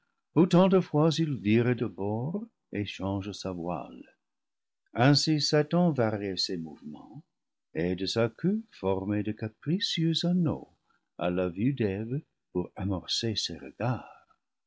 autant de fois il vire de bord et change sa voile ainsi satan variait ses mouvements et de sa queue formait de capricieux anneaux à la vue d'eve pour amorcer ses regards